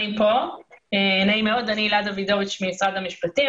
אני ממשרד המשפטים.